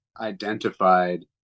identified